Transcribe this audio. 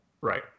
Right